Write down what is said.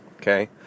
okay